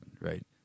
right